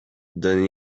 donné